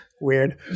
weird